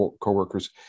coworkers